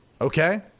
okay